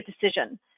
decision